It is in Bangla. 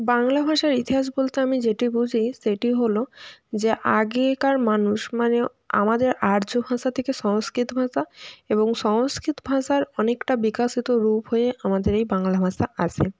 বাংলা ভাষার ইতিহাস বলতে আমি যেটি বুঝি সেটি হলো যে আগেকার মানুষ মানে আমাদের আর্য ভাষা থেকে সংস্কৃত ভাষা এবং সংস্কৃত ভাষার অনেকটা বিকাশিত রূপ হয়ে আমাদের এই বাংলা ভাষা আসে